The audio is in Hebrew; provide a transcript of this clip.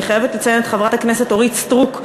אני חייבת לציין את חברת הכנסת אורית סטרוק,